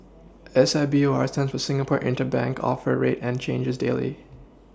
S I B O R stands for Singapore interbank offer rate and changes daily